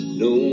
no